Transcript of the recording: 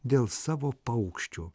dėl savo paukščių